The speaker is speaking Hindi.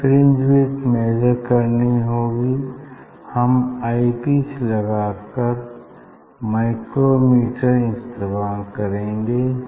हमें फ्रिंज विड्थ मैजर करनी होगी हम आई पीस लगा माइक्रोमीटर इस्तेमाल करेंगे